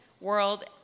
world